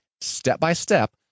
step-by-step